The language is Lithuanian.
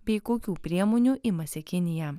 bei kokių priemonių imasi kinija